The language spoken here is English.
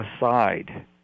aside